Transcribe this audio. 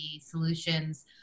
solutions